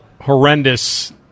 horrendous